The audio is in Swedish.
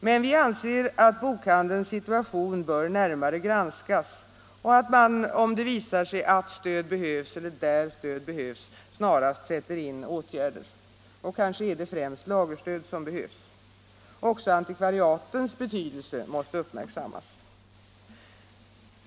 Men vi anser att bokhandelns situation bör närmare granskas och att man -— där det visar sig att stöd behövs — snarast bör sätta in åtgärder. Kanske är det främst lagerstöd som behövs. Också antikvariatens betydelse måste uppmärksammas.